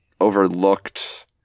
overlooked